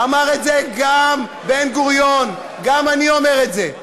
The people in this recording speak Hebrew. אמר את זה גם בן-גוריון, גם אני אומר את זה.